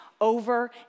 over